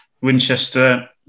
Winchester